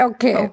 Okay